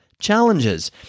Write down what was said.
challenges